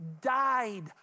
died